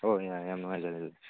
ꯍꯣꯏ ꯍꯣꯏ ꯌꯥꯔꯦ ꯌꯥꯝ ꯅꯨꯡꯉꯥꯏꯖꯔꯦ ꯑꯗꯨꯗꯤ